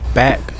back